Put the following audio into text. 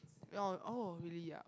oh oh really ah